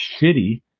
shitty